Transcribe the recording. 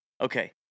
Okay